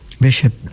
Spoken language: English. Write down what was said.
Bishop